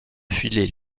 filer